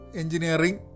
engineering